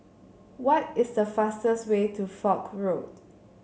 why is the fastest way to Foch Road